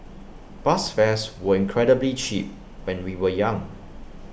bus fares were incredibly cheap when we were young